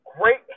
great